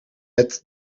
met